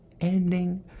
ending